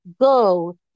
go